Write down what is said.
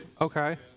Okay